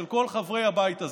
של כל חברי הבית הזה.